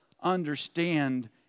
understand